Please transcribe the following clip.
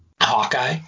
Hawkeye